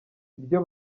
ibyo